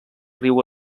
riu